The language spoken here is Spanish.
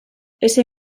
ese